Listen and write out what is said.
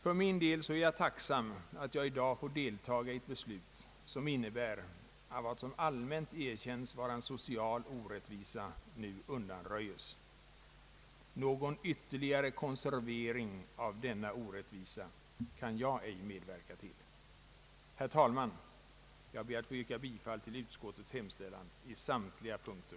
För min del är jag tacksam över att jag i dag får delta i ett beslut, som innebär att vad som allmänt erkänns vara en social orättvisa nu undanröjs. Någon ytterligare konservering av denna orättvisa kan jag ej medverka till. Herr talman! Jag ber att få yrka bifall till utskottets hemställan i samtliga punkter.